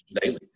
daily